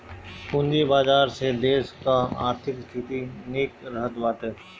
पूंजी बाजार से देस कअ आर्थिक स्थिति निक रहत बाटे